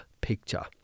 picture